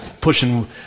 pushing